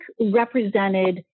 represented